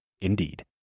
Indeed